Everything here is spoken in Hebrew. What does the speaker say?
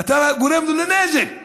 אתה גורם לו לנזק.